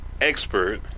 expert